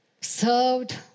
served